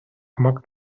gemak